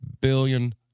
billion